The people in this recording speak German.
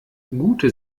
gute